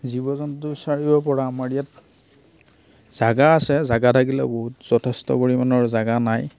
জীৱ জন্তু চাৰিব পৰা আমাৰ ইয়াত জাগা আছে জাগা থাকিলেও বহুত যথেষ্ট পৰিমাণৰ জাগা নাই